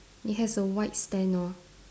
it has a white stand lor